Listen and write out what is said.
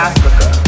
Africa